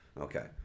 Okay